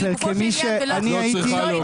זוהי